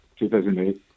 2008